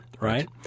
right